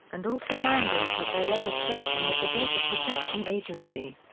and also mandated their registration with the data protection agency.